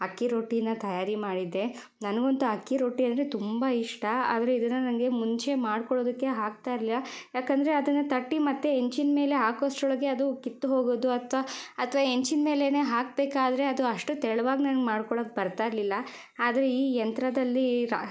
ಅಕ್ಕಿ ರೊಟ್ಟಿನ ತಯಾರಿ ಮಾಡಿದ್ದೆ ನನಗಂತೂ ಅಕ್ಕಿ ರೊಟ್ಟಿ ಅಂದರೆ ತುಂಬ ಇಷ್ಟ ಆದರೆ ಇದನ್ನು ನನಗೆ ಮುಂಚೆ ಮಾಡ್ಕೊಳ್ಳೋದಕ್ಕೆ ಆಗ್ತಾ ಇರಲಿಲ್ಲ ಯಾಕಂದರೆ ಅದನ್ನು ತಟ್ಟಿ ಮತ್ತೆ ಹೆಂಚಿನ ಮೇಲೆ ಹಾಕೋಷ್ಟ್ರೊಳಗೆ ಅದು ಕಿತ್ತು ಹೋಗೋದು ಅಥವಾ ಅಥವಾ ಹೆಂಚಿನ ಮೇಲೇನೆ ಹಾಕಬೇಕಾದ್ರೆ ಅದು ಅಷ್ಟು ತೆಳುವಾಗಿ ನನಗೆ ಮಾಡ್ಕೊಳಕ್ಕೆ ಬರ್ತಾ ಇರಲಿಲ್ಲ ಆದರೆ ಈ ಯಂತ್ರದಲ್ಲಿ